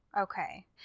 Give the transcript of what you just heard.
Okay